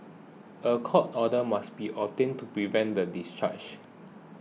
a court order must be obtained to prevent the discharge